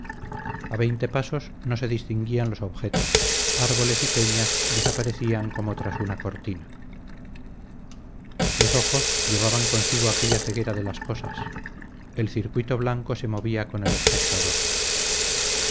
a veinte pasos no se distinguían los objetos árboles y peñas desaparecían como tras una cortina los ojos llevaban consigo aquella ceguera de las cosas el circuito blanco se movía con el espectador